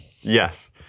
yes